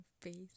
face